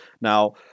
Now